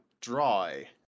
dry